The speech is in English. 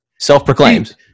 Self-proclaimed